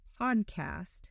podcast